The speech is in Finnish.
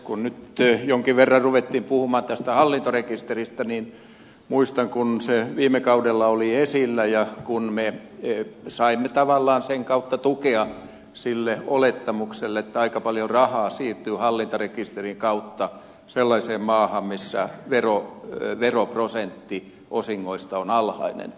kun nyt jonkin verran ruvettiin puhumaan tästä hallintarekisteristä niin muistan kun se viime kaudella oli esillä ja kun me saimme tavallaan sen kautta tukea sille olettamukselle että aika paljon rahaa siirtyy hallintarekisterin kautta sellaiseen maahan missä osinkojen veroprosentti on alhainen